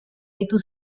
itu